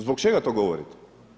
Zbog čega to govorite?